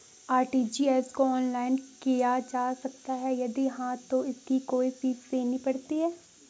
RTGS को online किया जा सकता है यदि हाँ तो इसकी कोई फीस देनी पड़ती है?